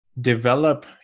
develop